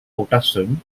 production